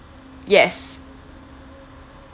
yes